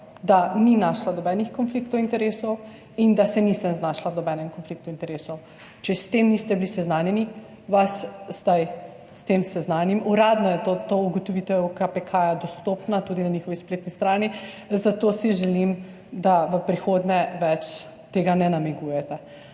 da ni našla nobenih konfliktov interesov in da se nisem znašla v nobenem konfliktu interesov. Če s tem niste bili seznanjeni, vas zdaj s tem seznanim. Uradno je to ugotovitev KPK, dostopna tudi na njihovi spletni strani, zato si želim, da v prihodnje na to ne namigujete